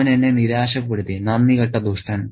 അവൻ എന്നെ നിരാശപ്പെടുത്തി നന്ദികെട്ട ദുഷ്ടൻ